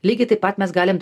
lygiai taip pat mes galim